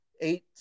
eight